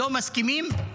לא מסכימים,